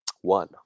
One